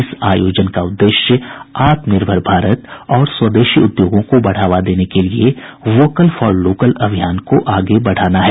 इस आयोजन का उद्देश्य आत्मनिर्भर भारत और स्वदेशी उद्योगों को बढ़ावा देने के लिए वोकल फॉर लोकल अभियान को आगे बढ़ाना है